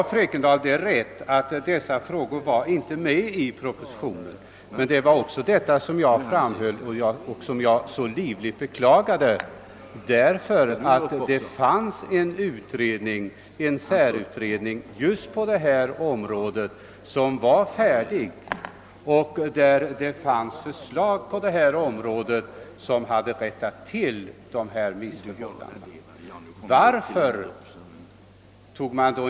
Ja, fru Ekendahl, det är riktigt att dessa frågor inte fanns med i propositionen, men det var ju också detta som jag framhöll och så livligt beklagade, därför att det finns en särutredning just på detta område, vilken var färdig med sitt utlåtande och vari det fanns förslag som skulle ha kunnat rätta till dessa missförhållanden, om de blivit beaktade.